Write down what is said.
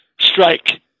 strike